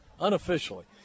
unofficially